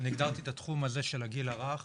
והגדרתי את התחום הזה של הגיל הרך